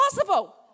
impossible